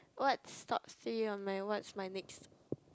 what's stop see you on my what's my next